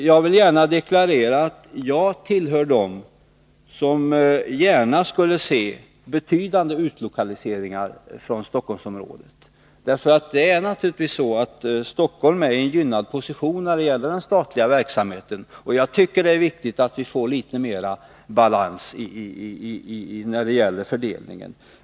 Jag vill deklarera att jag tillhör dem som gärna skulle se att man gjorde betydande utlokaliseringar från Stockholmsområdet, därför att Stockholm har en gynnad position när det gäller den statliga verksamheten. Det är viktigt att vi får litet mer balans när det gäller fördelningen.